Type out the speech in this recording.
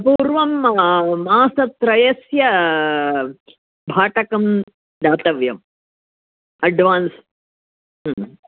पूर्वं मासत्रयस्य भाटकं दातव्यम् अड्वान्स्